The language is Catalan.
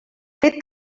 fet